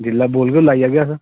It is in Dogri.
जेल्लै बोलगे उसलै आई जाह्गे अस